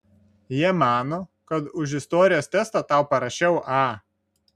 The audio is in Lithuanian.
jie mano kad už istorijos testą tau parašiau a